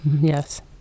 Yes